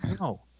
No